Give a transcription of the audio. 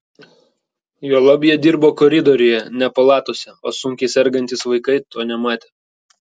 juolab jie dirbo koridoriuje ne palatose o sunkiai sergantys vaikai to nematė